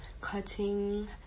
cutting